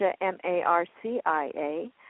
M-A-R-C-I-A